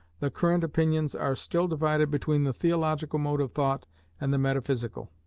the current opinions are still divided between the theological mode of thought and the metaphysical.